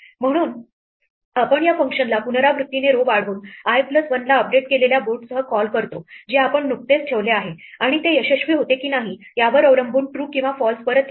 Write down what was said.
म्हणून आपण या फंक्शनला पुनरावृत्तीने row वाढवून i प्लस वन ला अपडेट केलेल्या बोर्डसह कॉल करतो जे आपण नुकतेच ठेवले आहे आणि ते यशस्वी होते की नाही यावर अवलंबून true किंवा false परत येईल